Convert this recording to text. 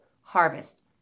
harvest